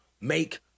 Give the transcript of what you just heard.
make